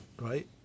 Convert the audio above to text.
right